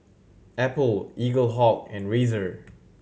Apple Eaglehawk and Razer